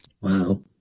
Wow